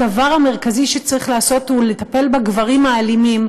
הדבר המרכזי שצריך לעשות הוא לטפל בגברים האלימים,